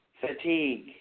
fatigue